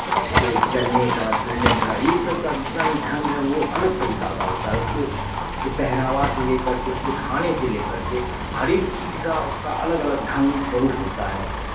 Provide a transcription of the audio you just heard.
उसके चलने का फिरने का ये सब का जितना भी ढंग है वो अलग तरीका का होता है उसके उसके पहनावा से लेकर के उसके खाने से लेकर के हर एक चीज़ का उसका अलग अलग ढंग स्वरूप होता है